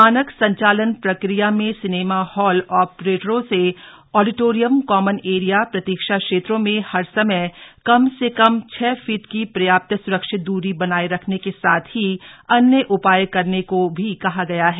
मानक संचालन प्रक्रिया में सिनेमा हॉल ऑपरेटरों से ऑडिटोरियम कॉमन एरिया प्रतीक्षा क्षेत्रों में हर समय कम से कम छह फीट की पर्याप्त सुरक्षित दूरी बनाये रखने के साथ ही अन्य उपाय करने को कहा गया है